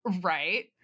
Right